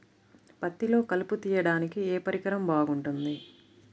పత్తిలో కలుపు తీయడానికి ఏ పరికరం బాగుంటుంది?